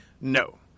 no